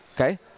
Okay